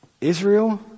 Israel